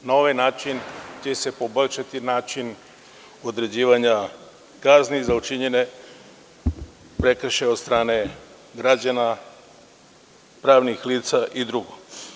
Na ovaj način će se poboljšati način određivanja kazni za učinjene prekršaje od strane građana, pravnih lica i drug.